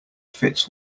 fits